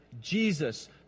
Jesus